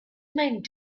meant